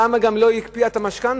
למה גם לא הקפיאה את המשכנתה?